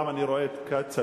גם אני רואה את כצל'ה.